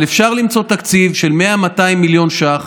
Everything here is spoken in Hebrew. אבל אפשר למצוא תקציב של 100 200 מיליון שקלים,